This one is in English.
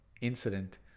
incident